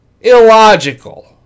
illogical